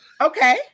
Okay